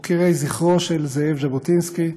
מוקירי זכרו של זאב ז'בוטינסקי,